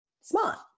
smart